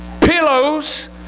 pillows